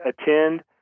Attend